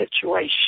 situation